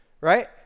right